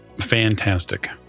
Fantastic